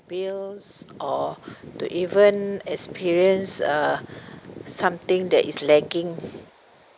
bills or to even experience uh something that is lagging